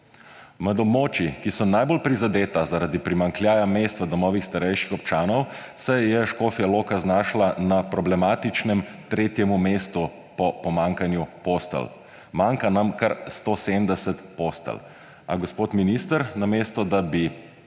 Med območji, ki so najbolj prizadeta zaradi primanjkljaja mest v domovih starejših občanov, se je Škofja Loka znašla na problematičnem tretjem mestu po pomanjkanju postelj. Manjka nam kar 170 postelj, a, gospod minister, namesto da bi